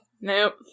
Nope